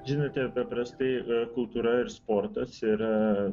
žinote priprastai kultūra ir sportas yra